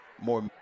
more